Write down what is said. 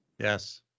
Yes